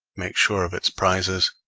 make sure of its prizes,